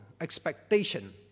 expectation